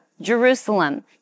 Jerusalem